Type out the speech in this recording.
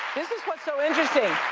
this is what's so interesting.